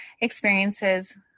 experiences